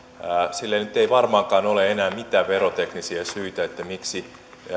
sille nyt ei varmaankaan ole enää mitään veroteknisiä syitä miksi